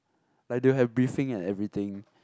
like they will have briefing and everything